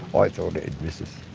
i thought it'd miss us.